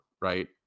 right